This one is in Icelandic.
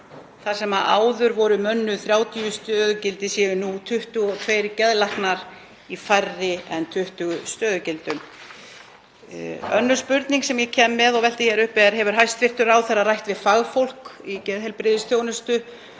þar sem áður voru mönnuð 30 stöðugildi séu nú 22 geðlæknar í færri en 20 stöðugildum. Önnur spurning sem ég kem með og velti hér upp er: Hefur hæstv. ráðherra rætt við fagfólk í geðheilbrigðisþjónustu